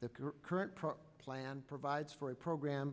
that the current pro plan provides for a program